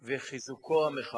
וחיזוקו המכני,